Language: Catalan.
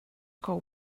cou